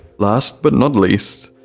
last but not least,